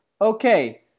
okay